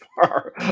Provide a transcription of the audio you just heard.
far